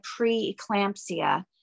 preeclampsia